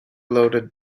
loaded